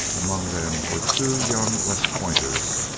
among them were two young west pointers,